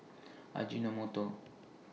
Ajinomoto